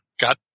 got